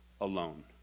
alone